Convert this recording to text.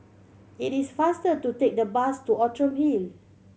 it is faster to take the bus to Outram Hill